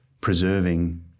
preserving